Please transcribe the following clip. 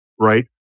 right